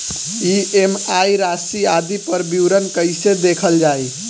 EMI राशि आदि पर विवरण कैसे देखल जाइ?